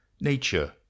nature